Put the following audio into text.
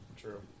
True